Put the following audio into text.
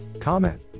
comment